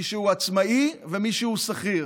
מי שהוא עצמאי ומי שהוא שכיר.